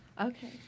Okay